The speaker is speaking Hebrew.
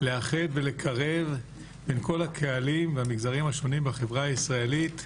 לאחד ולקרב את כל הקהלים והמגזרים השונים בחברה הישראלית,